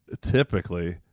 typically